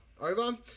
over